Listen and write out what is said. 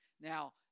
Now